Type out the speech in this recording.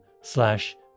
slash